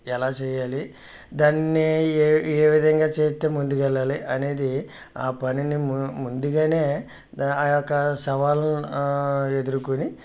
ఎలా చేయాలి దాన్ని ఏ విధంగా చేస్తే ముందుకు వెళ్ళాలి అనేది ఆ పనిని ముం ముందుగానే ఆ యొక్క సవాలుని ఎదుర్కొని